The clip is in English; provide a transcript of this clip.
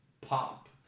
pop